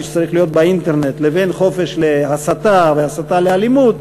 שצריך להיות באינטרנט לבין חופש להסתה והסתה לאלימות,